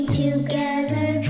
together